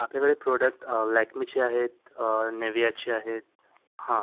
आपल्याकडे प्रोडक्ट लॅक्मेचे आहेत निव्हियाचे आहेत हा